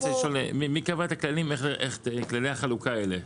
מי קבע את כללי החלוקה האלה?